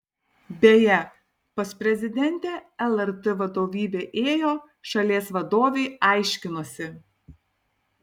beje pas prezidentę lrt vadovybė ėjo šalies vadovei aiškinosi